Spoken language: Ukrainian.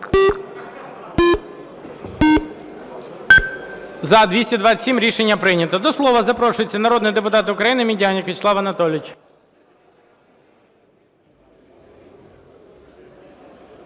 За-227 Рішення прийнято. До слова запрошується народний депутат України Медяник В'ячеслав Анатолійович.